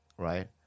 right